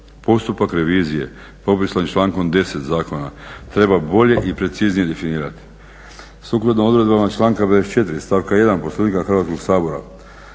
Postupak revizije propisan člankom 10. zakona treba bolje i preciznije definirati. Sukladno odredbama članka 54. stavka 1. Poslovnika Hrvatskog sabora